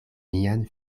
mian